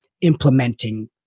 implementing